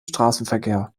straßenverkehr